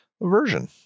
version